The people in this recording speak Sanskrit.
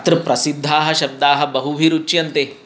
अत्र प्रसिद्धाः शब्दाः बहुभिरुच्यन्ते